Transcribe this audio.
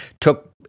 took